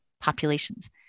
populations